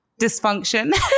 dysfunction